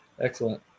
Excellent